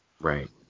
Right